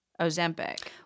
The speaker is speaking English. Ozempic